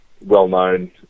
well-known